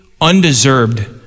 undeserved